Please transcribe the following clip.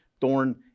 thorn